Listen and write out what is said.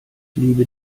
liebe